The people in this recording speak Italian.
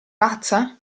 pazza